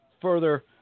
further